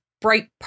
bright